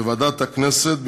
בוועדת הכנסת,